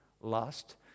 lust